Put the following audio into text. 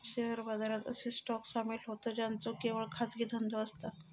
share बाजारात असे stock सामील होतं ज्यांचो केवळ खाजगी धंदो असता